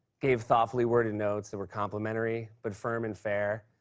gave thoughtfully worded notes that were complimentary but firm and fair.